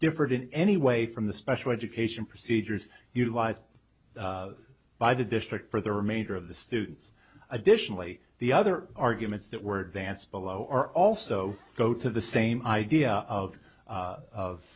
differed in any way from the special education procedures utilized by the district for the remainder of the students additionally the other arguments that were danced below or also go to the same idea of